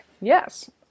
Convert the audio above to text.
Yes